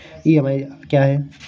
EMI क्या है?